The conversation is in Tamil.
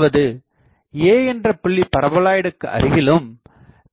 அதாவது A என்ற புள்ளி பரபோலாய்ட்க்கு அருகிலும்